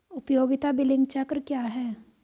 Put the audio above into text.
उपयोगिता बिलिंग चक्र क्या है?